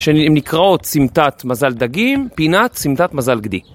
שנקראות סמטת מזל דגים, פינת סמטת מזל גדי.